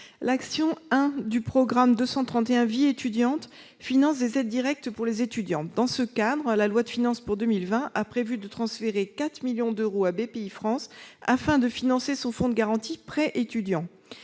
directes, du programme 231, « Vie étudiante », finance des aides directes pour les étudiants. Dans ce cadre, la loi de finances pour 2020 a prévu de transférer 4 millions d'euros à Bpifrance afin de financer son fonds de garantie « Prêts Étudiants